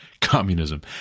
communism